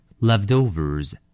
Leftovers